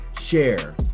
share